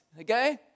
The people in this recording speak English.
okay